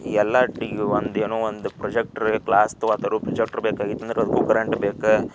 ಈಗ ಎಲ್ಲಟಿಗೆ ಈಗ ಒಂದು ಏನೋ ಒಂದು ಪ್ರಾಜೆಕ್ಟ್ರ್ ಕ್ಲಾಸ್ದೂ ಆ ಥರವು ಪ್ರಾಜೆಕ್ಟ್ರ್ ಬೇಕಾಗಿತ್ತು ಅಂದ್ರೆ ಅದ್ಕೂ ಕರೆಂಟ್ ಬೇಕು